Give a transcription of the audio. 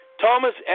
Thomas